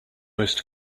most